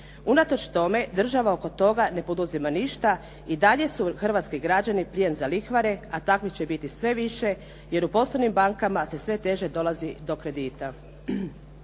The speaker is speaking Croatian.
Unatoč tome, država oko toga ne poduzima ništa. i dalje su hrvatski građani plijen za lihvare, a takvih će biti sve više, jer u posebnim bankama se sve teže dolazi do kredita.